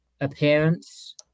appearance